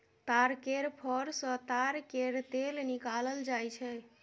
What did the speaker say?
ताड़ केर फर सँ ताड़ केर तेल निकालल जाई छै